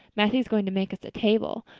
matthew is going to make us a table.